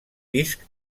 disc